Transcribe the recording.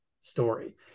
story